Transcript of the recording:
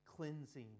cleansing